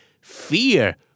Fear